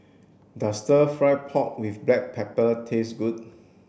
does stir fry pork with black pepper taste good